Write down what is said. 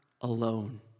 alone